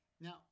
Now